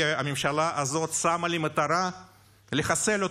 כי הממשלה הזאת שמה לה למטרה לחסל אותו.